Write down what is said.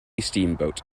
steamboat